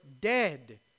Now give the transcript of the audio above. dead